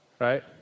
right